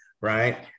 Right